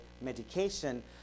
medication